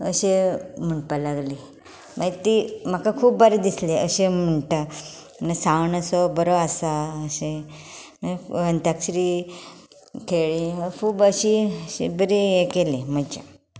अशें म्हणपाक लागलीं मागीर ती म्हाका खूब बरें दिसलें अशें म्हणटात सावंड असो बरो आसा अशें अंताक्षरी खेळ्ळी खूब अशीं बरीं हें केलीं मजा